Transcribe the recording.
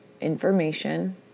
information